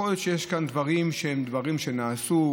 יכול להיות שיש כאן דברים שהם דברים שנעשו,